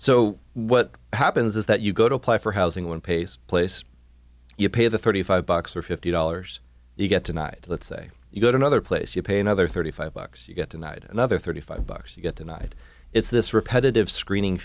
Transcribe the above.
so what happens is that you go to apply for housing one pays place you pay the thirty five bucks or fifty dollars you get denied let's say you go to another place you pay another thirty five bucks you get denied another thirty five bucks you get denied it's this repetitive screening